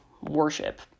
worship